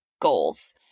goals